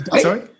Sorry